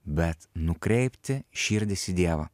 bet nukreipti širdis į dievą